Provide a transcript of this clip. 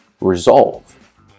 resolve